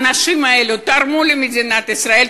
האנשים האלה תרמו למדינת ישראל,